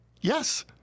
Yes